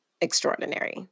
extraordinary